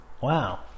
wow